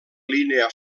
línia